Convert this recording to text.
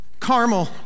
caramel